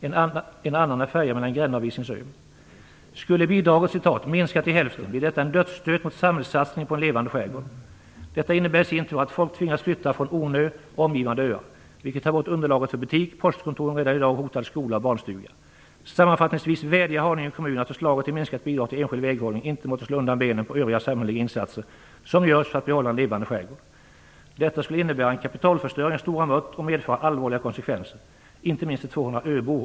En annan är färjan mellan Gränna och Visingsö. "Skulle bidraget minska till hälften blir detta en dödsstöt mot samhällssatsningen på En Levande "Detta innebär i sin tur att folk tvingas flytta från Ornö och omgivande öar, vilket tar bort underlaget för butik, postkontor och en redan idag hotad skola och barnstuga." "Sammanfattningsvis vädjar Haninge kommun att förslaget till minskat bidrag till enskild väghållning inte måtte slå undan benen på övriga samhälleliga insatser som görs för att behålla En Levande Skärgård. Detta skulle innebära en kapitalsförstöring av stora mått och medföra allvarliga konsekvenser - inte minst för 200 öbor."